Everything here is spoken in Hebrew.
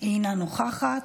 אינה נוכחת.